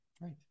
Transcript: Right